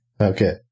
Okay